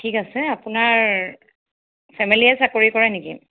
ঠিক আছে আপোনাৰ ফেমিলীয়ে চাকৰি কৰে নেকি